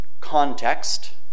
context